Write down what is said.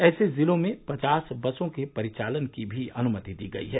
ऐसे जिलों में पचास बसों के परिचालन की भी अनुमति दी गई है